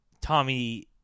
Tommy